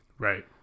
Right